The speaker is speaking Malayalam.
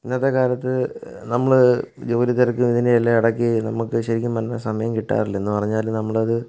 ഇന്നത്തെ കാലത്ത് നമ്മൾ ജോലിത്തിരക്കും ഇതിനെല്ലാം ഇടക്ക് നമുക്ക് ശരിക്കും പറഞ്ഞാൽ സമയം കിട്ടാറില്ല എന്ന് പറഞ്ഞാൽ നമ്മളത്